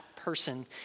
person